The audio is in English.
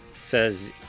says